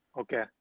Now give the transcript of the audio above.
Okay